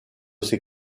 ses